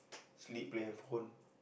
sleep play handphone